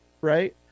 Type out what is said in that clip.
right